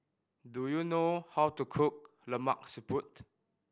do you know how to cook Lemak Siput